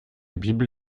bible